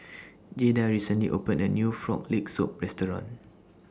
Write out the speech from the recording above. Jaeda recently opened A New Frog Leg Soup Restaurant